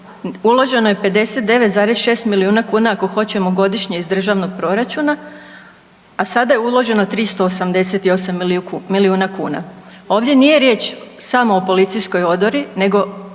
uloženo je 59,6 milijuna kuna ako hoćemo godišnje iz državnog proračuna, a sada je uloženo 388 milijuna kuna. Ovdje nije riječ samo o policijskoj odori nego